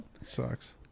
sucks